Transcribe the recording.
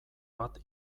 bat